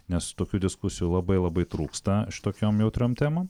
nes tokių diskusijų labai labai trūksta šitokiom jautriom temom